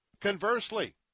Conversely